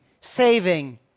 saving